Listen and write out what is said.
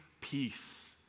peace